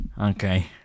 Okay